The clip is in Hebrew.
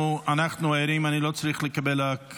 אנחנו עוברים לנושא